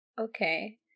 Okay